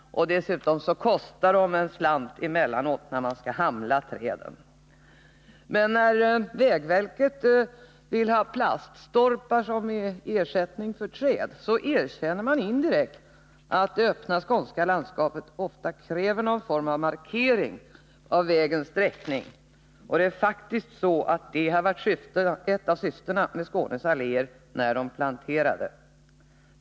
Dessutom kostar de en slant emellanåt när man skall hamla träden. Men när vägverket vill ha plaststolpar som ersättning för träd erkänner man indirekt att det öppna skånska landskapet ofta kräver någon form av markering av vägens sträckning, och det är faktiskt så att det varit ett av syftena med Skånes alléer när de planterades.